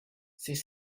c’est